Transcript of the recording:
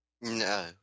No